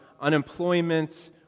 unemployment